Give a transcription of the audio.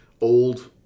old